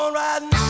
riding